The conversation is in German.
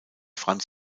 franz